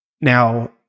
Now